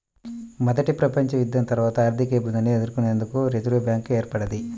మొదటి ప్రపంచయుద్ధం తర్వాత ఆర్థికఇబ్బందులను ఎదుర్కొనేందుకు రిజర్వ్ బ్యాంక్ ఏర్పడ్డది